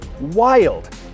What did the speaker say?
wild